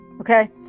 okay